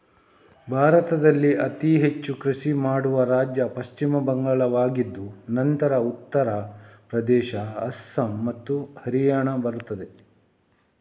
ಭಾರತದಲ್ಲಿ ಅತಿ ಹೆಚ್ಚು ಕೃಷಿ ಮಾಡುವ ರಾಜ್ಯ ಪಶ್ಚಿಮ ಬಂಗಾಳವಾಗಿದ್ದು ನಂತರ ಉತ್ತರ ಪ್ರದೇಶ, ಅಸ್ಸಾಂ ಮತ್ತು ಹರಿಯಾಣ ಬರುತ್ತದೆ